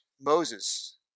Moses